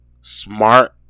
smart